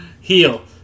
heal